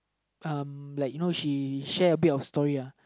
uh like you know she share a bit of story uh